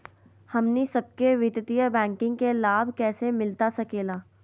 हमनी सबके वित्तीय बैंकिंग के लाभ कैसे मिलता सके ला?